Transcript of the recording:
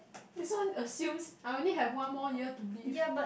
this one assumes I only have one more year to live